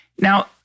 Now